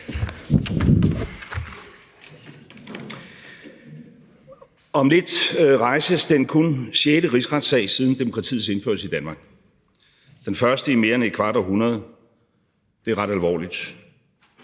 Om lidt rejses den kun sjette rigsretssag siden demokratiets indførelse i Danmark. Den første i mere end et kvart århundrede. Det er ret alvorligt.